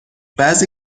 بعضی